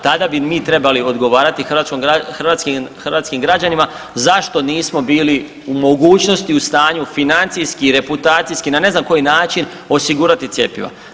Tada bi mi trebali odgovarati hrvatskom, hrvatskim građanima zašto nismo bili u mogućnosti, u stanju financijski i reputacijski na ne znam koji način osigurati cjepiva.